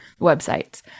websites